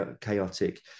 chaotic